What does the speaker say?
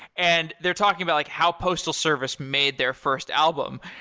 and they're talking about like how postal service made their first album.